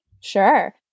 Sure